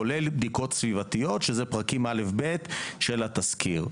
כולל בדיקות סביבתיות, שזה פרקים א'-ב' של התסקיר.